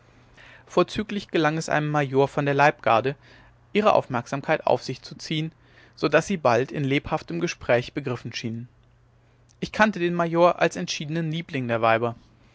vorzüglich gelang es einem major von der leibgarde ihre aufmerksamkeit auf sich zu ziehen so daß sie bald in lebhaftem gespräch begriffen schienen ich kannte den major als entschiedenen liebling der weiber